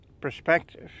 perspective